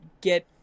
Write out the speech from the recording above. get